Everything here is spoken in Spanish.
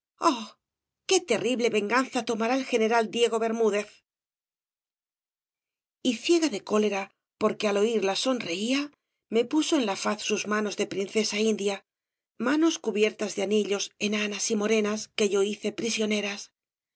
qué terrible venganza tomará el general diego bermúdez y ciega de cólera porque al oiría sonreía me puso en la faz sus manos de princesa india manos cubiertas de anillos enanas y morenas que yo hice prisioneras